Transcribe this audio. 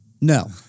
No